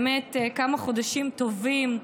באמת כמה חודשים טובים,